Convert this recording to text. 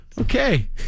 Okay